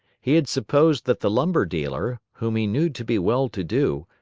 he had supposed that the lumber dealer, whom he knew to be well-to-do,